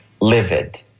livid